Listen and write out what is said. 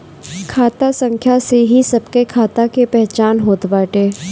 खाता संख्या से ही सबके खाता के पहचान होत बाटे